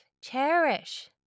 cherish